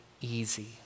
easy